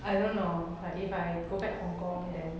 I don't know like if I go back hong kong then